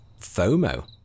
FOMO